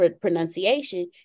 pronunciation